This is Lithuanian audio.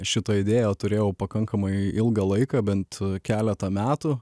šitą idėją turėjau pakankamai ilgą laiką bent keletą metų